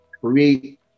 create